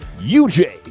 UJ